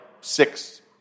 six